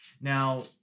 now